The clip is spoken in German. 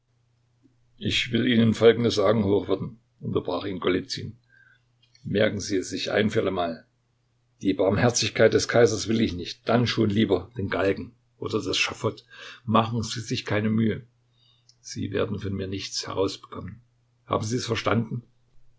ich will ihnen folgendes sagen hochwürden unterbrach ihn golizyn merken sie es sich ein für allemal die barmherzigkeit des kaisers will ich nicht dann schon lieber den galgen oder das schafott machen sie sich keine mühe sie werden von mir nichts herausbekommen haben sie es verstanden